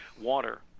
water